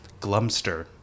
Glumster